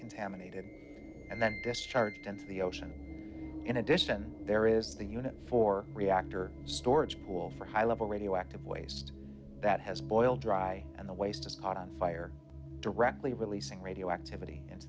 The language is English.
contaminated and then discharged into the ocean in addition there is the unit for reactor storage pool for high level radioactive waste that has boiled dry and the waste has caught on fire directly releasing radioactivity